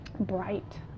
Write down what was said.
bright